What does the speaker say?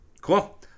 Cool